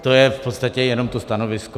To je v podstatě jenom to stanovisko.